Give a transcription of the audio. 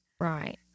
Right